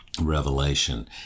Revelation